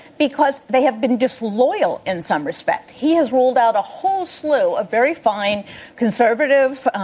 because they have been disloyal in some respect. he has ruled out a whole slew of very fine conservative